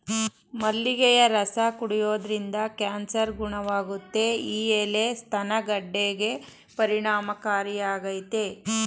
ಮಲ್ಲಿಗೆಯ ರಸ ಕುಡಿಯೋದ್ರಿಂದ ಕ್ಯಾನ್ಸರ್ ಗುಣವಾಗುತ್ತೆ ಈ ಎಲೆ ಸ್ತನ ಗೆಡ್ಡೆಗೆ ಪರಿಣಾಮಕಾರಿಯಾಗಯ್ತೆ